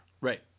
right